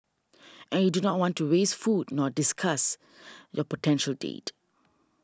and you do not want to waste food nor disgust your potential date